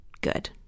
good